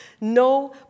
no